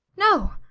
no,